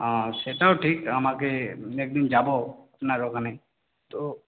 হ্যাঁ সেটাও ঠিক আমাকে একদিন যাব আপনার ওখানে তো